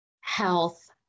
health